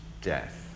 death